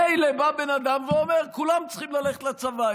מילא בא בן אדם ואומר: כולם צריכים ללכת לצבא.